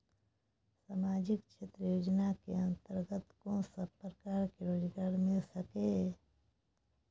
सामाजिक क्षेत्र योजना के अंतर्गत कोन सब प्रकार के रोजगार मिल सके ये?